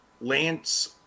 Lance